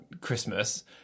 Christmas